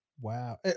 Wow